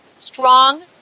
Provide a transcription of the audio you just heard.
Strong